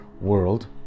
world